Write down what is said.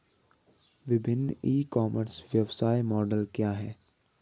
विभिन्न e commerce व्यवसाय मॉडल क्या हैं?